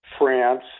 France